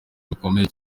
bikomeye